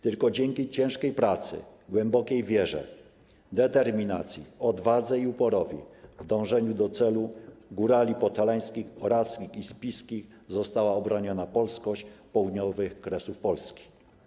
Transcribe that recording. Tylko dzięki ciężkiej pracy, głębokiej wierze, determinacji, odwadze i uporowi w dążeniu do celu górali podhalańskich, orawskich i spiskich została obroniona polskość południowych kresów Polski.